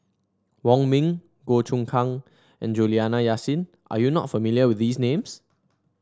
Wong Ming Goh Choon Kang and Juliana Yasin are you not familiar with these names